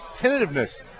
tentativeness